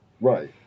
right